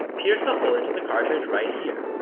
pierce a hole into the cartridge right here.